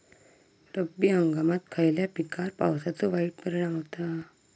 रब्बी हंगामात खयल्या पिकार पावसाचो वाईट परिणाम होता?